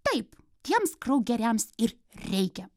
taip tiems kraugeriams ir reikia